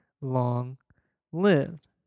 long-lived